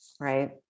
right